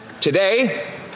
Today